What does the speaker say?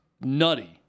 nutty